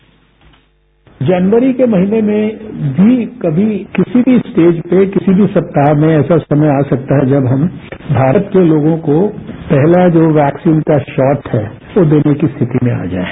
bite जनवरी के महीने में भी कभी किसी भी स्टेज पे किसी भी सप्ताह में ऐसा समय आ सकता है जब हम भारत के लोगों को पहला जो वैक्सीन का शॉट है वो देने की स्थिति में आ जाएं